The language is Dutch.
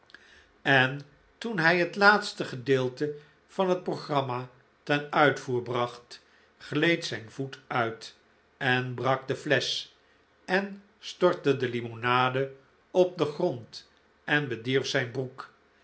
en toen hij het laatste gedeelte van het programma ten uitvoer bracht gleed zijn voet uit en brak de flesch en stortte de limonade op den grond en bedierf zijn broek